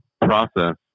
process